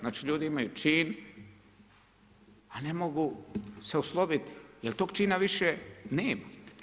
Znači ljudi imaju čin a ne mogu se osloviti jer tog čina više nema.